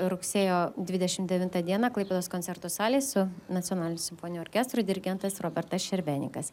rugsėjo dvidešimt devintą dieną klaipėdos koncertų salėj su nacionaliniu simfoniniu orkestru dirigentas robertas šervenikas